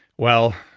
well,